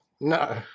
no